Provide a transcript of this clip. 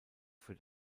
für